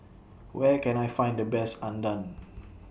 Where Can I Find The Best Udon